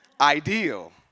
ideal